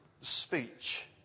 speech